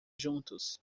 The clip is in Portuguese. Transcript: juntos